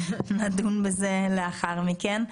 נדון בזה לאחר מכן.